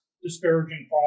disparaging